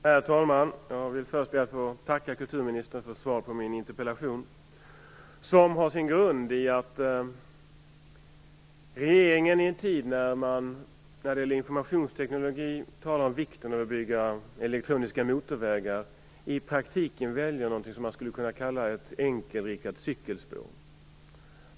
Herr talman! Jag vill först be att få tacka kulturministern för svaret på min interpellation, som har sin grund i att regeringen, i en tid när man när det gäller informationsteknik talar om vikten av att bygga elektroniska motorvägar, i praktiken väljer någonting som skulle kunna kallas ett enkelriktat cykelspår.